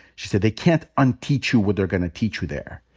she said, they can't unteach you what they're gonna teach you there.